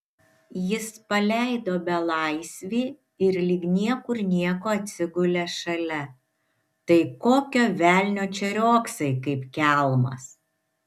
jis paleido belaisvį ir lyg niekur nieko atsigulė šalia tai kokio velnio čia riogsai kaip kelmas